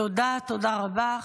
תודה, תודה רבה.